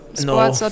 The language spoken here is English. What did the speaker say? No